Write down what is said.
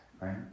right